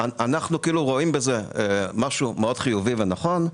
אנחנו רואים בזה משהו מאוד חיובי ונכון,